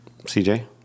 cj